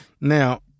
now